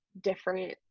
different